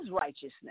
righteousness